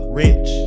rich